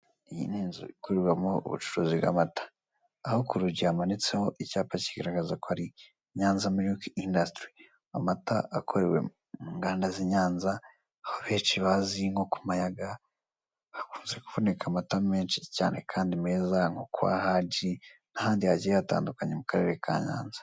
Iyi ni inzu ikorerwamo ubucuruzi bw'amata aho ku rugi hamanitseho icyapa kigaragaza ko ari Nyanzi miliki indasitiri amata akorewe mu nganda z' i Nyanza, aho benshi bazi nko ku mayaga hakunzi kuboneka amata menshi cyane kandi meza nko kwa haji n'ahandi hagiye hatandukanye mu karere ka Nyanza.